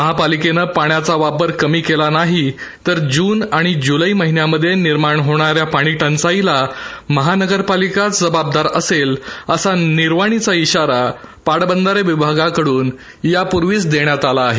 महापालिकेनं पाण्याचा वापर कमी केला नाही तर जून आणि जूलै महिन्यामध्ये निर्माण होणाऱ्या टंचाईला महापालिका जबाबदार असेल असा निर्वाणीचा इशारा पाटबंधारे विभागाकडून यापुर्वीच देण्यात आला आहे